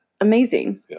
amazing